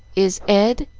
is ed?